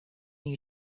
you